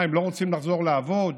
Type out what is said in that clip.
מה, הם לא רוצים לחזור לעבוד?